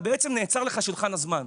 נעצר לך הזמן.